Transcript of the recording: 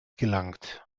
gelangt